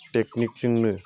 टेकनिकजोंनो